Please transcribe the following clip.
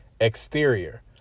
exterior